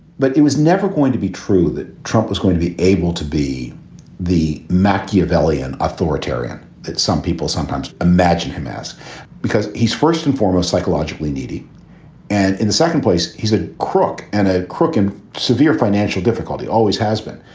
but it was never going. be true that trump was going to be able to be the machiavellian authoritarian that some people sometimes imagine hamas because he's first and foremost psychologically needy and in the second place. he's a crook and a crook in severe financial difficulty. always has been.